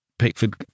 Pickford